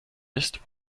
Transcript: ist